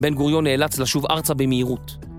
בן גוריון נאלץ לשוב ארצה במהירות